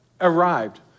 arrived